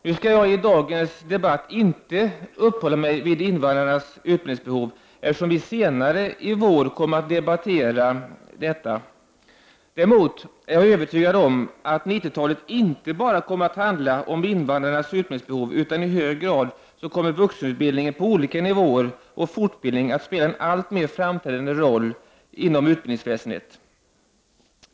Nu skall jag i dagens debatt inte uppehålla mig vid invandrarnas utbildningsbehov, eftersom vi senare i vår kommer att debattera detta. Däremot är jag övertygad om att det på 90-talet inte bara kommer att handla om invandrarnas utbildningsbehov, utan i hög grad kommer vuxenutbildning på olika nivåer och fortbildning att spela en alltmer framträdande roll inom utbildningsväsendet.